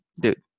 Dude